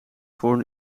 voor